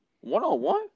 one-on-one